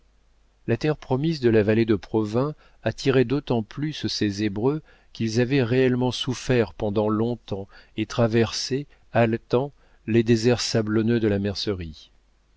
la terre promise de la vallée de provins attirait d'autant plus ces hébreux qu'ils avaient réellement souffert pendant longtemps et traversé haletants les déserts sablonneux de la mercerie